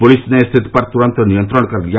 police ने स्थिति पर तुरंत नियंत्रण कर लिया